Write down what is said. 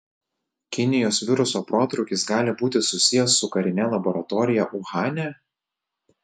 kinijos viruso protrūkis gali būti susijęs su karine laboratorija uhane